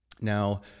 Now